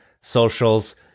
socials